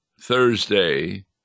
Thursday